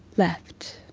left